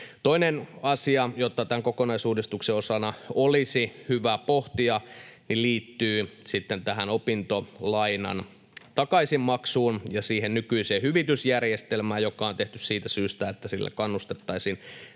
Toinen asia, jota tämän kokonaisuudistuksen osana olisi hyvä pohtia, liittyy sitten tähän opintolainan takaisinmaksuun ja siihen nykyiseen hyvitysjärjestelmään, joka on tehty siitä syystä, että sillä kannustettaisiin